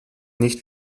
nicht